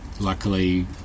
luckily